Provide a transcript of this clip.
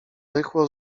rychło